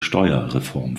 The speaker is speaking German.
steuerreform